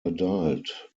adult